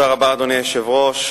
(אישור על-ידי ועדת משנה חסויה),